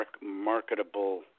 marketable